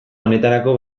honetarako